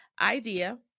idea